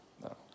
No